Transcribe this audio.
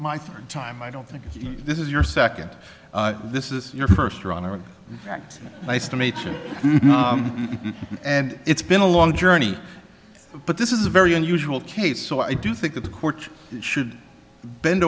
my third time i don't think you this is your second this is your first runner right nice to meet you and it's been a long journey but this is a very unusual case so i do think that the courts should bend